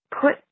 put